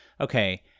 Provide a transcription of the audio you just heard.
Okay